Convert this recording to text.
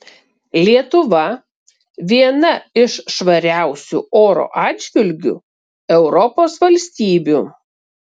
lietuva viena iš švariausių oro atžvilgiu europos valstybių